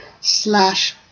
slash